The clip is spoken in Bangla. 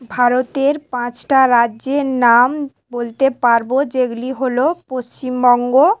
ভারতের পাঁচটা রাজ্যের নাম বলতে পারব যেগুলি হল পশ্চিমবঙ্গ